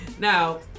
Now